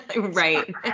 Right